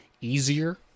easier